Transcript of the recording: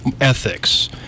ethics